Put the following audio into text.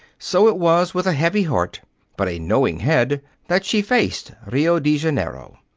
so it was with a heavy heart but a knowing head that she faced rio de janeiro.